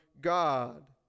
God